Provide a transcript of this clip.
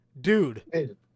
dude